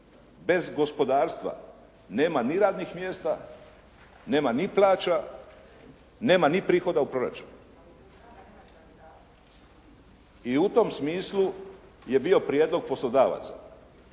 bez gospodarstva nema ni radnih mjesta, nema ni plaća, nema ni prihoda u proračunu. I u tom smislu je bio prijedlog poslodavaca.